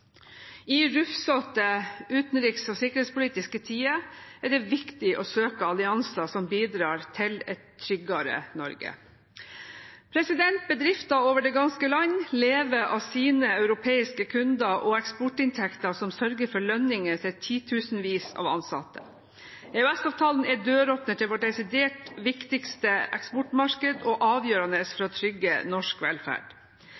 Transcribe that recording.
I rufsete utenriks- og sikkerhetspolitiske tider er det viktig å søke allianser som bidrar til et tryggere Norge. Bedrifter over det ganske land lever av sine europeiske kunder og eksportinntekter som sørger for lønninger til titusenvis av ansatte. EØS-avtalen er døråpner til vårt desidert viktigste eksportmarked og avgjørende for å trygge norsk velferd.